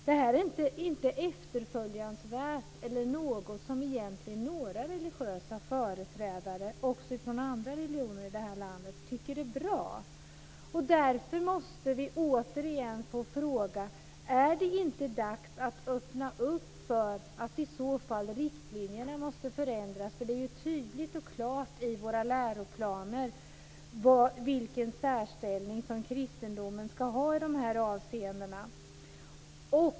Detta är inte efterföljansvärt eller något som religiösa företrädare - även från andra religioner - i det här landet, tycker är bra. Därför måste vi återigen få fråga: Är det inte dags att öppna för att riktlinjerna måste förändras? Det är ju tydligt och klart i våra läroplaner vilken särställning kristendomen ska ha i dessa avseenden.